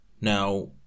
Now